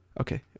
Okay